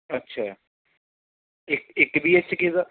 ਅੱਛਾ ਇੱਕ ਇੱਕ ਬੀ ਐਚ ਕੇ ਦਾ